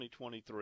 2023